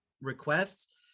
requests